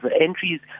entries